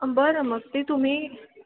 बरं मग ते तुम्ही